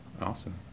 Awesome